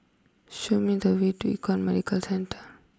show me the way to Econ Medicare Centre